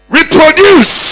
Reproduce